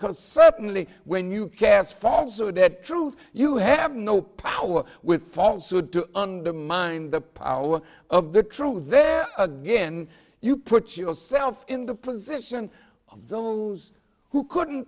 can certainly when you cast fall so that truth you have no power with falsehood to undermine the power of the truth then again you put yourself in the position of those who couldn't